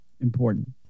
important